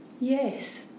Yes